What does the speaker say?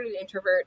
introvert